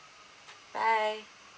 bye